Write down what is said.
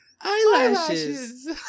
Eyelashes